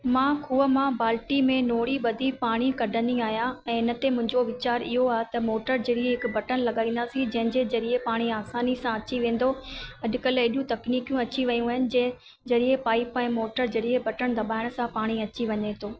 मां खूह मां बाल्टी में नोड़ी ॿधी पाणी कढंदी आहियां ऐं इन ते मुंहिंजो वीचारु इहो आहे त मोटर ज़रिए हिकु बटणु लॻाईंदासीं जंहिं जे ज़रिए पाणी आसानीअ सां अची वेंदो अॼु कल्ह अहिड़ियूं तक्नीकूं अची वयूं आहिनि जे ज़रिए पाईप ऐं मोटर ज़रिए बटणु दॿाइण सां पाणी अची वञे थो